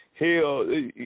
Hell